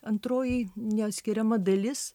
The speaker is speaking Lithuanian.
antroji neatskiriama dalis